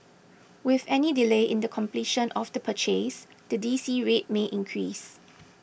with any delay in the completion of the purchase the D C rate may increase